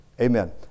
Amen